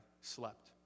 Slept